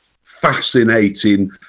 fascinating